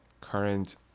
current